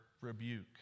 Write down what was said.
rebuke